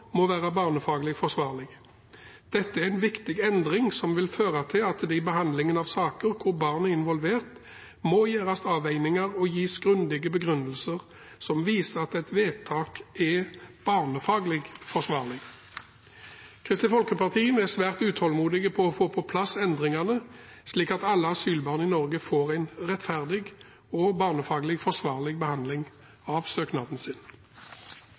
må være barnefaglig forsvarlig. Dette er en viktig endring som vil føre til at det i behandlingen av saker hvor barn er involvert, må gjøres avveininger og gis grundige begrunnelser som viser at et vedtak er barnefaglig forsvarlig. Vi i Kristelig Folkeparti er svært utålmodige etter å få på plass endringene, slik at alle asylbarn i Norge får en rettferdig og barnefaglig forsvarlig behandling av søknaden sin.